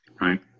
Right